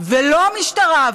ולא המשטרה,